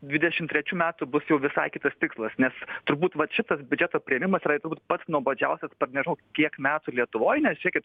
dvidešim trečių metų bus jau visai kitas tikslas nes turbūt vat šitas biudžeto priėmimas yra pats nuobodžiausias per nežinau kiek metų lietuvoj nes žiūrėkit